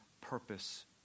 purpose